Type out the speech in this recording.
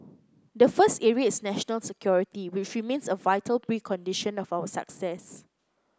the first area is national security which remains a vital precondition of our success